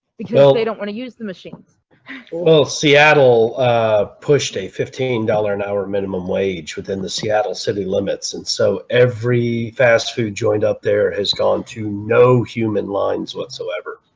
because they don't want to use the machines well, seattle pushed a fifteen dollars an hour minimum wage within the seattle city limits and so every fast-food joint up there has gone to no human lines whatsoever